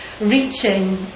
reaching